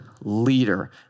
leader